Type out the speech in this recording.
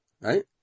Right